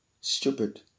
stupid